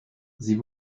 sie